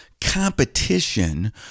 competition